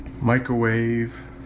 Microwave